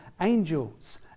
angels